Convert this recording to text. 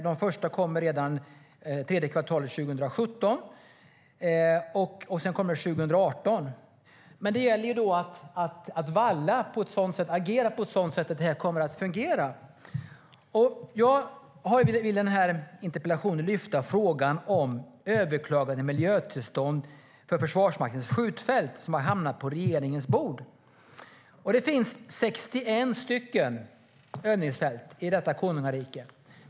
De första kommer redan tredje kvartalet 2017, och fler kommer 2018. Det gäller att agera på ett sådant sätt att detta kommer att fungera. Jag ville med min interpellation lyfta fram frågan om de överklagade miljötillstånd för Försvarsmaktens skjutfält som har hamnat på regeringens bord. Det finns 61 övningsfält i vårt konungarike.